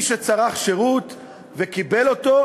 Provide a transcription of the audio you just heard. מי שצרך שירות וקיבל אותו,